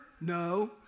No